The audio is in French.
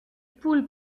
poules